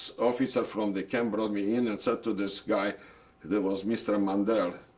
officer from the camp brought me in and said to this guy that was mr. mandel,